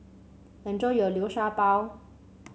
enjoy your Liu Sha Bao